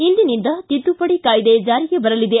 ಇಂದಿನಿಂದ ತಿದ್ದುಪಡಿ ಕಾಯ್ದೆ ಜಾರಿಗೆ ಬರಲಿದೆ